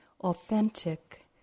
authentic